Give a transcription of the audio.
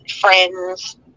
friends